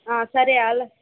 సరే అలా